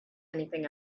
anything